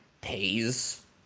pays